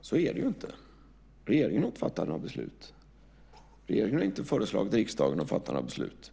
Så är det ju inte. Regeringen har inte fattat några beslut. Regeringen har inte föreslagit riksdagen att fatta några beslut.